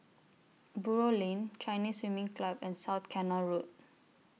Buroh Lane Chinese Swimming Club and South Canal Road